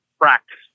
practice